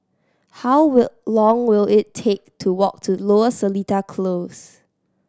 how will long will it take to walk to Lower Seletar Close